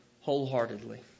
wholeheartedly